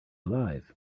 alive